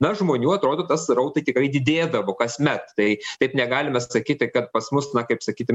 na žmonių atrodo tas srautai tikrai didėdavo kasmet tai taip negalime sakyti kad pas mus kaip sakyti